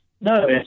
No